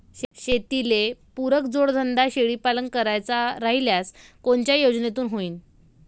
शेतीले पुरक जोडधंदा शेळीपालन करायचा राह्यल्यास कोनच्या योजनेतून होईन?